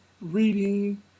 reading